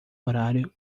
horário